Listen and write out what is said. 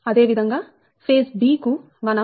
అదే విధంగా phase b కు మనం ʎb 0